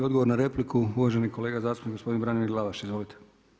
Odgovor na repliku, uvaženi kolega zastupnik gospodin Branimir Glavaš, izvolite.